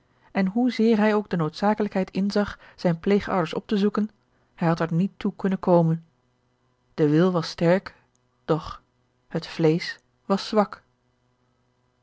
en hoezeer hij ook de noodzakelijkheid inzag zijne pleegouders op te zoeken hij had er niet toe kunnen komen de wil was sterk doch het vleesch was zwak